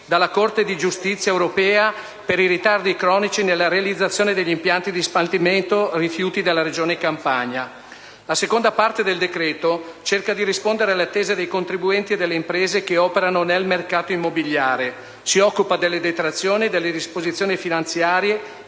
dalla Corte di giustizia europea per i ritardi cronici nella realizzazione degli impianti di smaltimento dei rifiuti della Regione Campania. La seconda parte del decreto cerca di rispondere alle attese dei contribuenti e delle imprese che operano nel mercato immobiliare. Si occupa delle detrazioni, delle disposizioni finanziarie